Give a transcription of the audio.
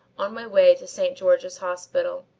on my way to st. george's hospital.